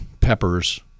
peppers